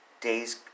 days